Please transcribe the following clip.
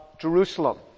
Jerusalem